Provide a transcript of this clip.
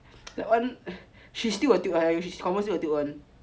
that [one] she still will tilt [one] she confirm still will tilt [one]